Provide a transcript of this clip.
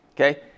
Okay